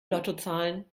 lottozahlen